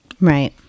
Right